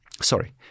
sorry